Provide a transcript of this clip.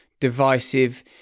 divisive